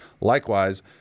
Likewise